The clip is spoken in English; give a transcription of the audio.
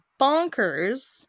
bonkers